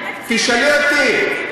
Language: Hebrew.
תשאלי אותי.